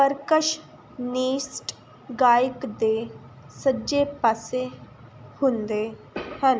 ਪਰਕਸ਼ ਮੀਸਟ ਗਾਇਕ ਦੇ ਸੱਜੇ ਪਾਸੇ ਹੁੰਦੇ ਹਨ